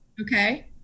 Okay